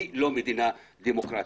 היא לא מדינה דמוקרטית,